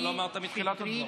למה לא אמרת בתחילת דבריי?